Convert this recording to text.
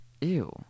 Ew